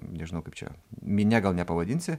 nežinau kaip čia minia gal nepavadinsi